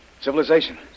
Civilization